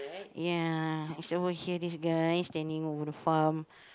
ya he's over here this guy standing over the farm